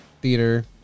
theater